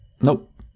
Nope